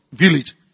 village